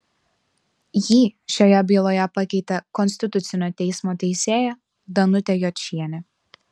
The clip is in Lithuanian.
jį šioje byloje pakeitė konstitucinio teismo teisėja danutė jočienė